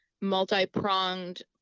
multi-pronged